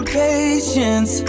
patience